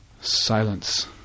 silence